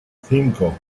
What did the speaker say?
cinco